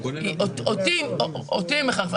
אותי היא מחרפנת.